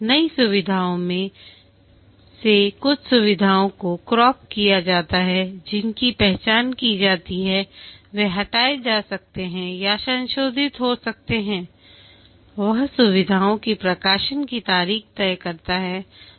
नई सुविधाओं में से कुछ सुविधाओं को क्रॉप किया जा सकता है जिनकी पहचान की जाती है वे हटाए जा सकते हैं या संशोधित हो सकते हैं वह सुविधाओं की प्रकाशन की तारीख तय करता है